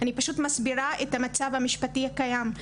אני פשוט מסבירה את המצב המשפטי הקיים.